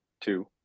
two